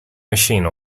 machine